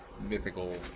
mythical